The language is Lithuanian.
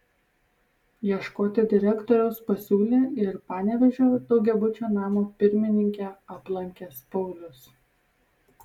ieškoti direktoriaus pasiūlė ir panevėžio daugiabučio namo pirmininkę aplankęs paulius